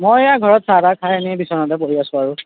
মই এয়া ঘৰত চাহ তাহ খাই এনেই বিছনাতে পৰি আছো আৰু